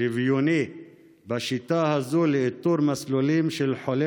שוויוני בשיטה הזו לאיתור מסלולים של חולי